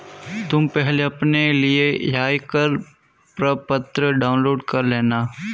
तुम पहले अपने लिए आयकर प्रपत्र डाउनलोड कर लेना